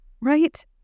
Right